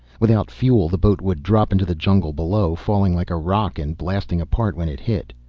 without fuel the boat would drop into the jungle below, falling like a rock and blasting apart when it hit.